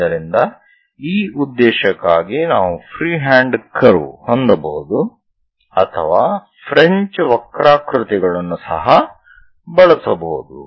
ಆದ್ದರಿಂದ ಈ ಉದ್ದೇಶಕ್ಕಾಗಿ ನಾವು ಫ್ರೀಹ್ಯಾಂಡ್ ಕರ್ವ್ ಹೊಂದಬಹುದು ಅಥವಾ ಫ್ರೆಂಚ್ ವಕ್ರಾಕೃತಿಗಳನ್ನು ಸಹ ಬಳಸಬಹುದು